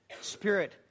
spirit